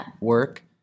work